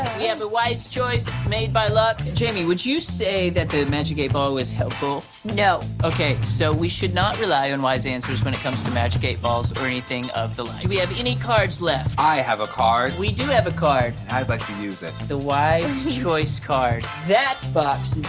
we have a wise choice made by luck. jayme, would you say that the magic eight ball was helpful? no. okay, so we should not rely on wise answers when it comes to magic eight balls or anything of the like. do we have any cards left? i have a card. we do have a card. and i'd like to use it. the wise choice card. that box